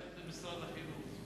2% זה משרד החינוך.